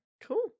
Cool